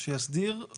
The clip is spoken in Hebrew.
הסתייגויות והצבעות.